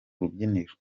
rubyiniro